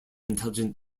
intelligent